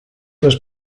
was